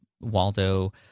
waldo